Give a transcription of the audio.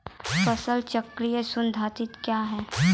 फसल चक्रण पद्धति क्या हैं?